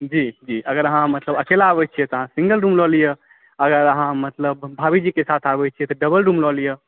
जी जी अगर मतलब अहाँ अकेला आबै छियै तहन तऽ सिन्गल रुम लऽ लिअ अगर अहाँ मतलब भाभीजीके साथ आबै छियै तऽ डबल रुम लए लिअ